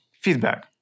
Feedback